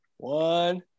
One